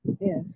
Yes